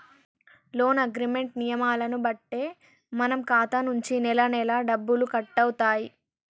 loan agreement నియమాలను బట్టే మన ఖాతా నుంచి నెలనెలా డబ్బులు కట్టవుతాయి